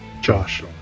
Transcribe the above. Josh